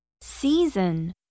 Season